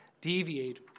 deviate